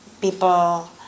people